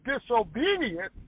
disobedience